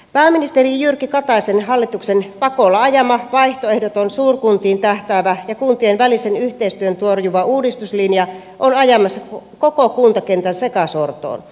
pääministeri jyrki kataisen hallituksen pakolla ajama vaihtoehdoton suurkuntiin tähtäävä ja kuntien välisen yhteistyön torjuva uudistuslinja on ajamassa koko kuntakentän sekasortoon